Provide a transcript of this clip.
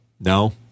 No